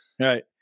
Right